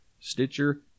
Stitcher